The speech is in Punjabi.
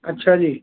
ਅੱਛਾ ਜੀ